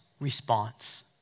response